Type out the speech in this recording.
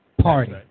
party